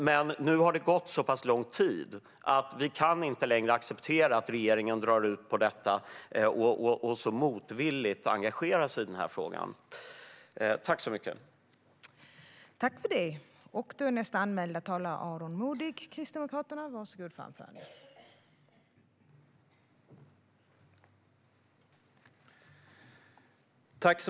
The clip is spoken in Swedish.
Men nu har det gått så pass lång tid att vi inte längre kan acceptera att regeringen drar ut på detta och engagerar sig i frågan så motvilligt.